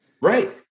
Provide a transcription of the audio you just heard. Right